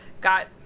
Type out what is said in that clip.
got